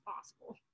possible